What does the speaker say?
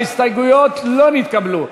ההסתייגויות לא נתקבלו.